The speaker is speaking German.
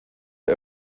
der